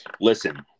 Listen